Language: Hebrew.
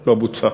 לא בוצעה.